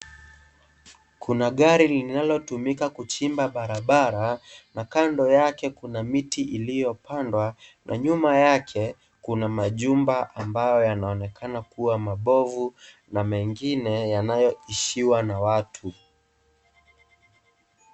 Kuna gari linalotumika kuchimba barabara na kando yake kuna miti iliyopandwa na nyuma yake kuna majumba ambayo yanaonekana kuwa mabovu na mengine yanayoishiwa na watu.